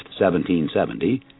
1770